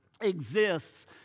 exists